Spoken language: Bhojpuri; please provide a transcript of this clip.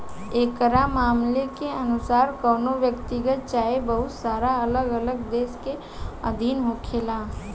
एकरा मामला के अनुसार कवनो व्यक्तिगत चाहे बहुत सारा अलग अलग देश के अधीन होखेला